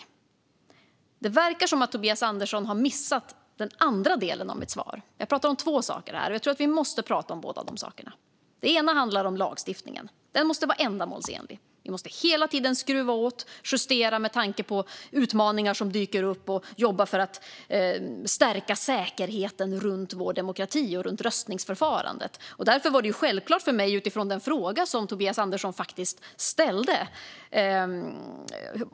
Men det verkar som att Tobias Andersson har missat den andra delen av mitt svar. Jag pratar om två saker, och jag tror att vi måste prata om båda de sakerna. Den ena handlar om lagstiftningen, som måste vara ändamålsenlig. Vi måste hela tiden skruva åt och justera med tanke på de utmaningar som dyker upp. Vi måste jobba för att stärka säkerheten runt vår demokrati och runt röstningsförfarandet. Tobias Andersson ställde frågan om jag ämnar agera för att motverka påverkan på valet.